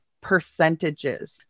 percentages